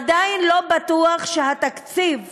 עדיין לא בטוח שהתקציב